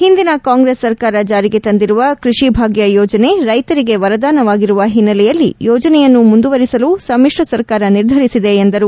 ಹಿಂದಿನ ಕಾಂಗ್ರೆಸ್ ಸರ್ಕಾರ ಜಾರಿಗೆ ತಂದಿರುವ ಕೃಷಿಭಾಗ್ಯ ಯೋಜನೆ ರೈತರಿಗೆ ವರದಾನವಾಗಿರುವ ಹಿನ್ನೆಲೆಯಲ್ಲಿ ಯೋಜನೆಯನ್ನು ಮುಂದುವರಿಸಲು ಸಮಿಶ್ರ ಸರ್ಕಾರ ನಿರ್ಧರಿಸಿದೆ ಎಂದರು